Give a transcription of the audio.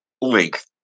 length